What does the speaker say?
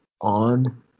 on